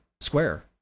Square